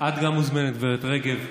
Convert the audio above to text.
את גם מוזמנת, גב' רגב.